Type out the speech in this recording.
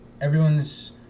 everyone's –